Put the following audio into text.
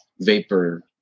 vapor